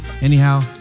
anyhow